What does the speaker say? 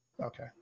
Okay